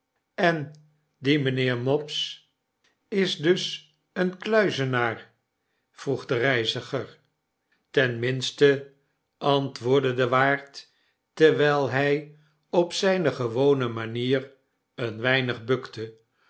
en die mijnheer mopes is dus een kluizenaar vroeg de reiziger ten minste antwoordde de waard terwijl hy op zijne gewone manier een weinig bukte